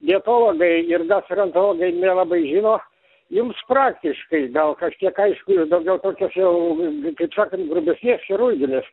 dietologai ir gastroenterologai nelabai žino jums praktiškai gal kažkiek aišku ir daugiau tokios jau kaip sakant grubesnės chirurginės